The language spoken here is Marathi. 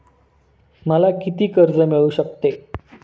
मला किती कर्ज मिळू शकते?